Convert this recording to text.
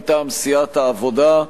מטעם סיעת העבודה: